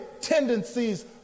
tendencies